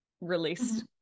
released